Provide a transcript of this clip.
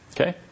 Okay